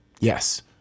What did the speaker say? Yes